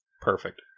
Perfect